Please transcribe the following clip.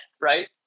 Right